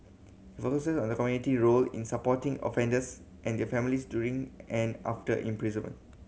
it focuses on the community role in supporting offenders and their families during and after imprisonment